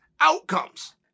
outcomes